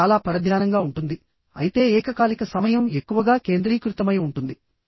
ఇది చాలా పరధ్యానంగా ఉంటుంది అయితే ఏకకాలిక సమయం ఎక్కువగా కేంద్రీకృతమై ఉంటుంది